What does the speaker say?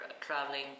traveling